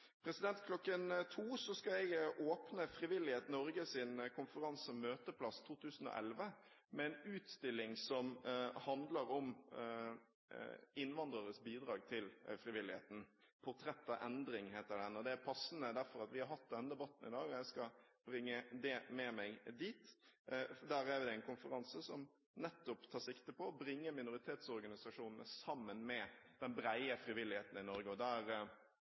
Klokken 14 i dag skal jeg åpne Frivillighet Norges konferanse Møteplass 2011, der de har en utstilling som handler om innvandreres bidrag til frivilligheten. Portrett av endring, heter utstillingen, og det er passende fordi vi har hatt denne debatten her i dag, og jeg skal bringe det med meg dit. Den konferansen tar nettopp sikte på å bringe minoritetsorganisasjonene sammen med den brede frivilligheten i Norge. Der